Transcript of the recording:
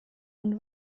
und